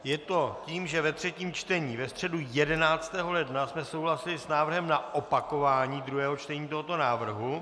Je to tím, že ve třetím čtení ve středu 11. ledna jsme souhlasili s návrhem na opakování druhého čtení tohoto návrhu.